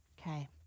Okay